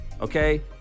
okay